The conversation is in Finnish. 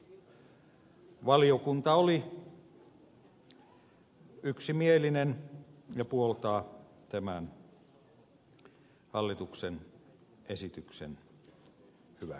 valiokunta oli yksimielinen ja puoltaa tämän hallituksen esityksen hyväksymistä